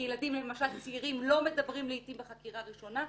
כי ילדים צעירים למשל לא מדברים לעיתים בחקירה ראשונה.